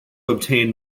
obtain